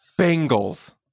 Bengals